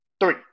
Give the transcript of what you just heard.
Three